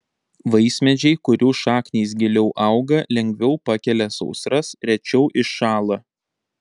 vaismedžiai kurių šaknys giliau auga lengviau pakelia sausras rečiau iššąla